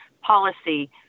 policy